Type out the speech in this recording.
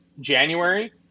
January